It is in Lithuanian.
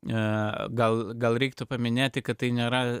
gal gal reiktų paminėti kad tai nėra